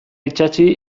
itsatsi